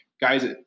guys